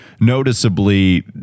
noticeably